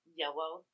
yellow